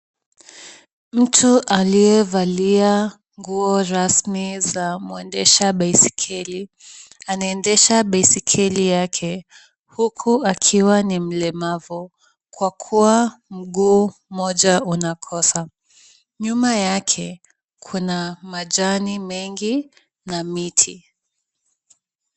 Mtu aliyevalia nguo rasmi za mwendesha baiskeli, anaendesha baiskeli yake huku akiwa ni mlemavu kwa kuwa mguu moja unakosa. Nyuma yake kuna majani mengi na miti.